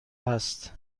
هست